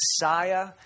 Messiah